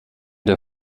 der